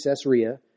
Caesarea